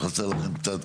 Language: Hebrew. חסר לכם קצת,